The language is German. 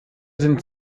sind